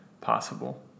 possible